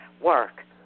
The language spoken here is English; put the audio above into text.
work